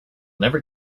never